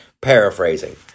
paraphrasing